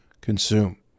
consume